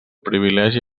privilegi